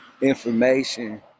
information